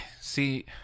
see